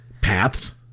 Paths